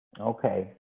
Okay